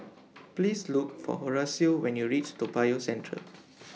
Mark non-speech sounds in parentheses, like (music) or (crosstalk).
Please Look For Horacio when YOU REACH Toa Payoh Central (noise)